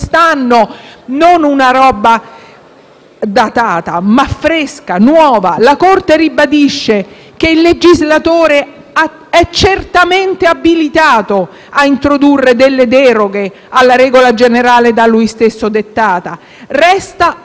quest'anno, non datata, ma fresca, nuova. La Corte ribadisce che il legislatore è certamente abilitato a introdurre deroghe alla regola generale da lui stesso dettata; resta